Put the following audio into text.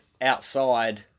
outside